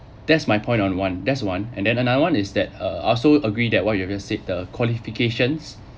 that's my point on one that's one and then another one is that I also agree that what you have just said the qualifications